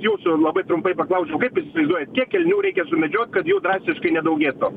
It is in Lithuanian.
jūsų labai trumpai paklausiu kaip jūs įsivaizduojat kiek elnių reikia sumedžiot kad jų drastiškai nedaugėtų